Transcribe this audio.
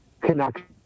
connection